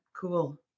Cool